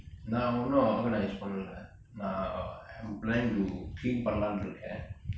நா ஒன்னு:naa onnu organise பன்னல நா:pannala naa I am planning to clean பன்னலாம்னு இருக்கேன்:pannalaamnu iruken